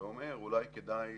ואומר, אולי כדאי